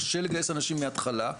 קשה לגייס אנשים מהתחלה.